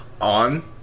on